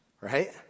Right